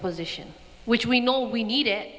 position which we know we need it